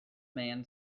man